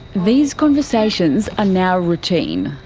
these conversations are now routine.